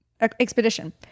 expedition